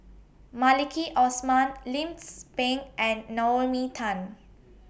Maliki Osman Lim Tze Peng and Naomi Tan